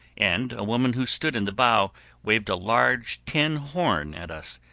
and a woman who stood in the bow waved a large tin horn at us,